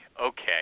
Okay